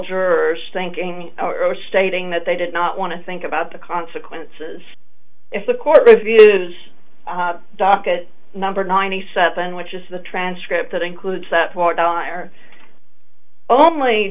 jurors thinking or stating that they did not want to think about the consequences if the court reviews docket number ninety seven which is the transcript that includes that